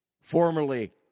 formerly